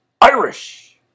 Irish